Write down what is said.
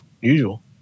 usual